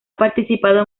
participado